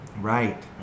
Right